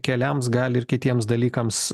keliams gal ir kitiems dalykams